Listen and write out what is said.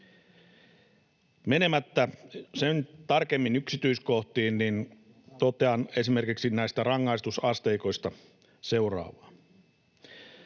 Menemättä sen tarkemmin yksityiskohtiin totean esimerkiksi näistä rangaistusasteikoista seuraavaa: